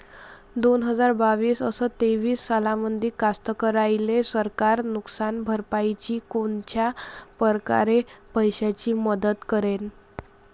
दोन हजार बावीस अस तेवीस सालामंदी कास्तकाराइले सरकार नुकसान भरपाईची कोनच्या परकारे पैशाची मदत करेन?